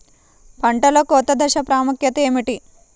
పంటలో కోత దశ ప్రాముఖ్యత ఏమిటి?